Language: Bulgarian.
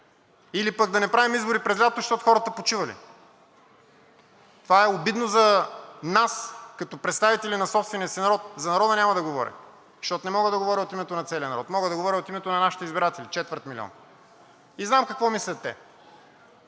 или пък не правим избори през лятото, защото хората почивали. Това е обидно за нас като представители на собствения си народ, за народа няма да говоря, защото не мога да говоря от името на целия народ. Мога да говоря от името на нашите избиратели – четвърт милион, и знам какво мислят те.